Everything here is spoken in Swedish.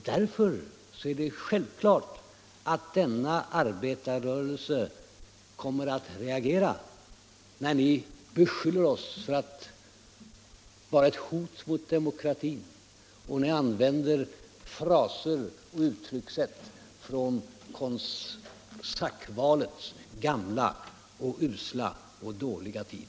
Därför är det självklart att denna arbetarrörelse kommer att reagera när ni beskyller oss för att vara ett hot mot demokratin och när ni använder fraser och uttryckssätt från kosackvalets gamla och usla tid.